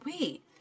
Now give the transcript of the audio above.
wait